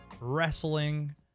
wrestling